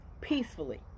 peacefully